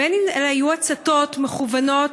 בין אם היו אלו הצתות מכוונות,